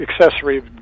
accessory